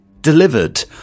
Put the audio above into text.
delivered